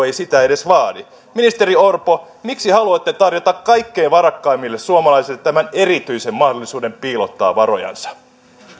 ei sitä edes vaadi ministeri orpo miksi haluatte tarjota kaikkein varakkaimmille suomalaisille tämän erityisen mahdollisuuden piilottaa varojansa